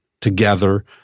together